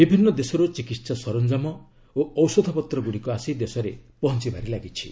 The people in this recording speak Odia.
ବିଭିନ୍ନ ଦେଶରୁ ଚିକିତ୍ସା ସରଞ୍ଜାମ ଓ ଔଷଧପତ୍ରଗୁଡ଼ିକ ଆସି ଦେଶରେ ପହଞ୍ଚବାରେ ଲାଗିଛି